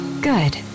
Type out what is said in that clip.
Good